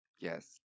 Yes